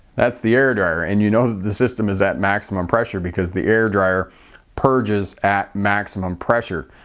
that's the air dryer and you know the system is at maximum pressure because the air dryer purges at maximum pressure.